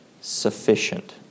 sufficient